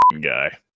Guy